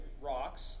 rocks